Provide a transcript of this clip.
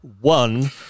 one